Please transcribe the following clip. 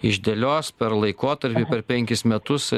išdėlios per laikotarpį per penkis metus